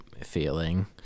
feeling